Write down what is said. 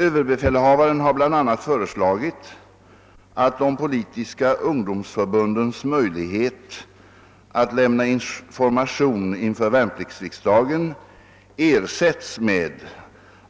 Överbefälhavaren har bl a. föreslagit att de politiska ungdomsförbundens möjlighet att lämna information inför värnpliktsriksdagen ersätts med